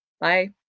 Bye